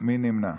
מי נמנע?